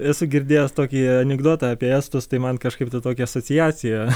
esu girdėjęs tokį anekdotą apie estus tai man kažkaip ta tokia asociacija